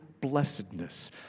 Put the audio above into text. blessedness